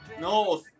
No